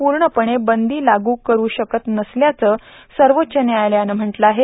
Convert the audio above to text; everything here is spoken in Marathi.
पूर्णपणे बंदी लागू करु शकत नसल्याचं सर्वोच्च न्यायालयानं म्हटलं आहे